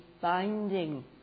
binding